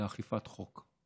לאכיפת חוק,